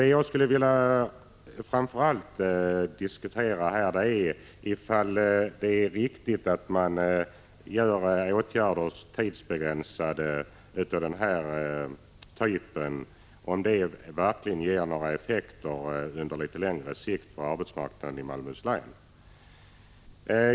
Det jag framför allt skulle vilja diskutera här är om tidsbegränsade åtgärder av den föreslagna typen verkligen ger effekter på litet längre sikt för arbetsmarknaden i Malmöhus län.